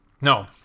No